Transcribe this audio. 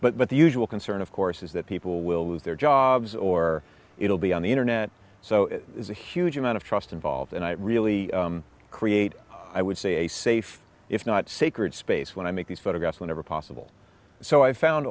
but the usual concern of course is that people will lose their jobs or it'll be on the internet so there's a huge amount of trust involved and i really create i would say a safe if not sacred space when i make these photographs whenever possible so i found